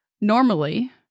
normally